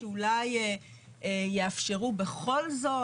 שאולי יאפשרו בכל זאת,